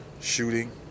shooting